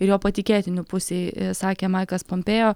ir jo patikėtinių pusėj sakė maikas pompėja